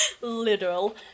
Literal